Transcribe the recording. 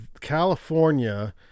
California